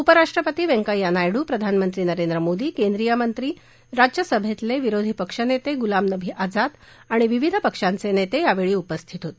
उपराष्ट्रपती व्यंकय्या नायडू प्रधानमंत्री नरेंद्र मोदी केंद्रीय मंत्री राज्यसभेतले विरोधी पक्षनेते गुलाम नबी आझाद आणि विविध पक्षांचे नेते यावेळी उपस्थित होते